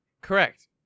Correct